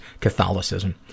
Catholicism